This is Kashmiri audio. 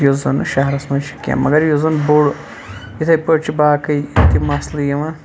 یُس زَن نہٕ شَہرَس مَنٛز چھُ کینٛہہ مَگَر یُس زَن بوٚڑ یِتھے پٲٹھۍ چھِ باقی تہِ مَسلہٕ یِوان